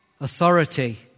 authority